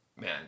man